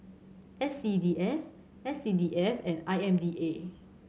S C D F S C D F and I M D A